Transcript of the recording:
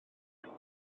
nesaf